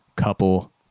Couple